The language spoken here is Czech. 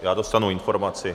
Já dostanu informaci.